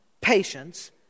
patience